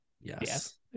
yes